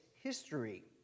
history